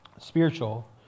spiritual